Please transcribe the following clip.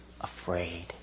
afraid